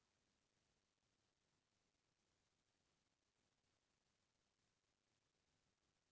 धान के बेरा बखत म बियासी होय ले धान पोठाथे अउ बाल भी होथे